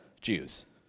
Jews